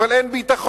אבל אין ביטחון.